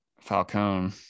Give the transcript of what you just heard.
Falcone